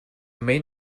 main